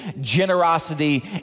generosity